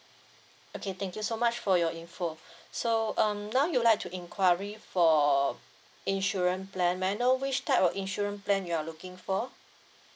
okay thank you so much for your info so um now you like to inquiry for insurance plan may I know which type of insurance plan you're looking for